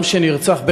רצח אדם,